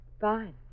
Fine